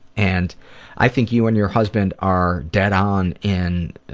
and i think you and your husband are dead on in